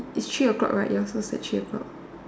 its three o'clock right yours also at three o'clock